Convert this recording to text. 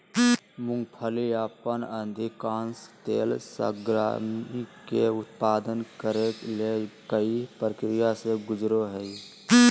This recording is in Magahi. मूंगफली अपन अधिकांश तेल सामग्री के उत्पादन करे ले कई प्रक्रिया से गुजरो हइ